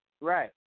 Right